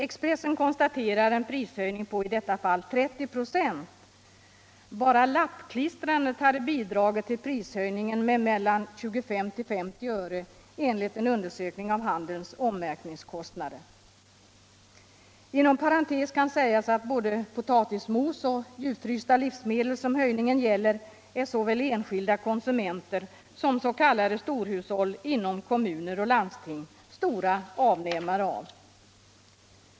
Expressen konstaterar en prishöjning på i detta fall 30 26. Bara lappklistrandet hade bidragit till prishöjningen med 25-50 öre enligt en undersökning av handelns ommärkningskostnader. Inom parentes kan sägas att såväl enskilda konsumenter som s.k. storhushåll inom kommuner och landsting är stora avnämare av både potatismos och de djupfrysta livsmedel som höjningen gäller.